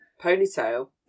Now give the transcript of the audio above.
Ponytail